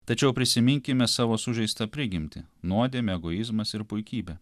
tačiau prisiminkime savo sužeistą prigimtį nuodėmė egoizmas ir puikybė